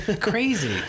crazy